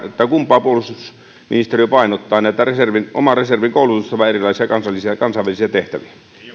kumpaa puolustusministeriö painottaa oman reservin koulutusta vai erilaisia kansallisia ja kansainvälisiä tehtäviä